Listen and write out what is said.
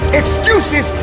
excuses